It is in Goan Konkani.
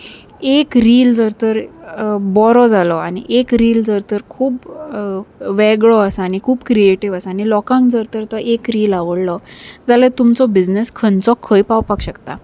एक रील जर तर बरो जालो आनी एक रील जर तर खूब वेगळो आसा आनी खूब क्रिएटीव आसा आनी लोकांक जर तर तो एक रील आवडलो जाल्यार तुमचो बिझनस खंयचो खंय पावपाक शकता